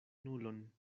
nulon